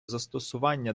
застосування